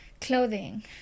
clothing